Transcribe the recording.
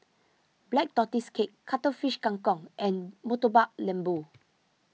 Black Tortoise Cake Cuttlefish Kang Kong and Murtabak Lembu